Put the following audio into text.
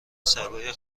سگای